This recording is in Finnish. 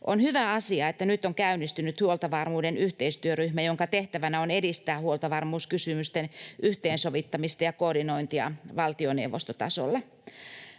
On hyvä asia, että nyt on käynnistynyt huoltovarmuuden yhteistyöryhmä, jonka tehtävänä on edistää huoltovarmuuskysymysten yhteensovittamista ja koordinointia valtioneuvostotasolle.